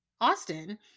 Austin